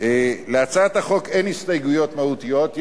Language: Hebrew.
להצעת החוק אין הסתייגויות מהותיות,